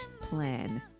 plan